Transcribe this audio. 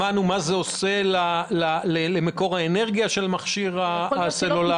שמענו מה זה עושה למקור האנרגיה של המכשיר וכו'.